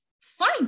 Fine